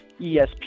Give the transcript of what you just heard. espn